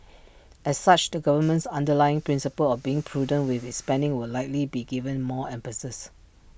as such the government's underlying principle of being prudent with its spending will likely be given more emphasis